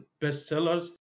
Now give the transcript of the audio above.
bestsellers